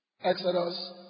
Exodus